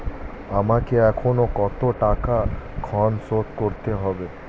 আমাকে এখনো কত টাকা ঋণ শোধ করতে হবে?